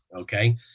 Okay